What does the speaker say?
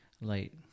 light